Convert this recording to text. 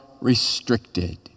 restricted